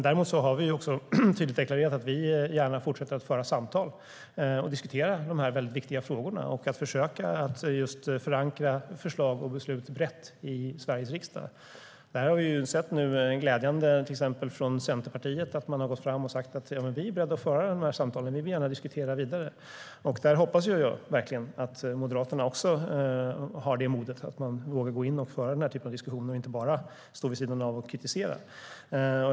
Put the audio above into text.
Däremot har vi tydligt deklarerat att vi gärna fortsätter att föra samtal och diskutera de här viktiga frågorna och försöker förankra förslag och beslut brett i Sveriges riksdag. Det är till exempel glädjande att Centerpartiet har gått fram och sagt: Vi är beredda att föra de här samtalen. Vi vill gärna diskutera vidare. Jag hoppas verkligen att Moderaterna också har modet att gå in och föra den typen av diskussioner och inte bara står vid sidan av och kritiserar.